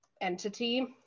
entity